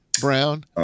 Brown